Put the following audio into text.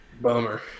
Bummer